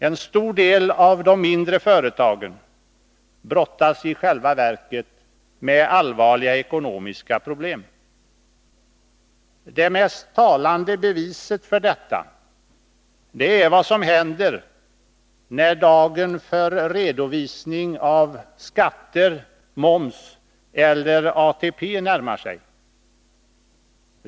En stor del av de mindre företagen brottas i själva verket med allvarliga ekonomiska problem. Det mest talande beviset för detta är vad som händer när dagen för redovisning av skatter, moms eller ATP närmar sig.